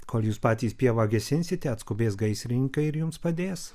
kol jūs patys pievą gesinsite atskubės gaisrininkai ir jums padės